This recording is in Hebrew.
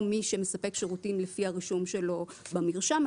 או מי שמספק שירותים לפי הרישום שלו במרשם.